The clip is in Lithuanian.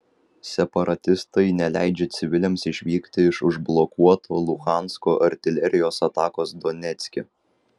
separatistai neleidžia civiliams išvykti iš užblokuoto luhansko artilerijos atakos donecke